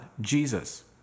Jesus